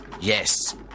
Yes